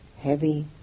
heavy